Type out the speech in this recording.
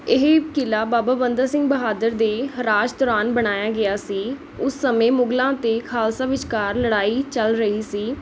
ਇਹ ਕਿਲ੍ਹਾ ਬਾਬਾ ਬੰਦਾ ਸਿੰਘ ਬਹਾਦਰ ਦੇ ਰਾਜ ਦੌਰਾਨ ਬਣਾਇਆ ਗਿਆ ਸੀ ਉਸ ਸਮੇਂ ਮੁਗਲਾਂ ਅਤੇ ਖਾਲਸਾ ਵਿਚਕਾਰ ਲੜਾਈ ਚੱਲ ਰਹੀ ਸੀ